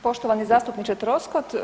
Poštovani zastupniče Troskot.